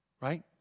right